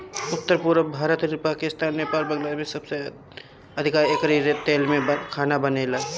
उत्तर, पुरब भारत, पाकिस्तान, नेपाल, बांग्लादेश में सबसे अधिका एकरी तेल में खाना बनेला